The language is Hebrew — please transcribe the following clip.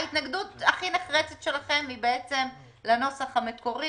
ההתנגדות הכי נחרצת שלכם היא לנוסח המקורי